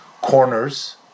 corners